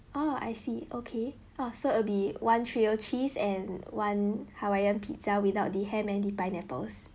oh I see okay ah so it'll be one trio cheese and one hawaiian pizza without the ham and the pineapples